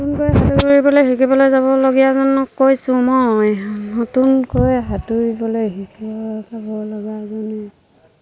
নতুনকৈ সাঁতুৰিবলৈ শিকিবলৈ যাবলগীয়াজনক কৈছোঁ মই নতুনকৈ সাঁতুৰিবলৈ শিকিব যাব লগাাজনে